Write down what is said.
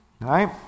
Right